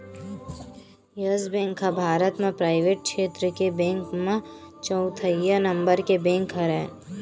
yes Bank ह भारत म private छेत्र के बेंक म चउथइया नंबर के बेंक हरय